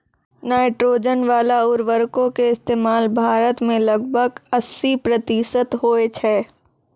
nitrogen बाला उर्वरको के इस्तेमाल भारत मे लगभग अस्सी प्रतिशत होय छै